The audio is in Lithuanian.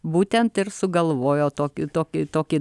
būtent ir sugalvojo tokį tokį tokį